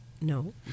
No